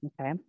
Okay